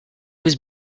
was